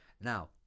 Now